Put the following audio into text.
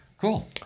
Cool